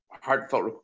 heartfelt